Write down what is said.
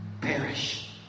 Perish